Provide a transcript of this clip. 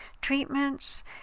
Treatments